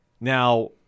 Now